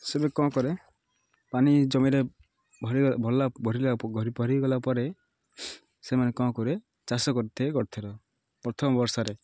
ସେବେ କ'ଣ କରେ ପାଣି ଜମିରେ ଭରି ଭରିଗଲା ପରେ ସେମାନେ କ'ଣ କରେ ଚାଷ କରିଥିବେ ପ୍ରଥମ ବର୍ଷରେ